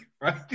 right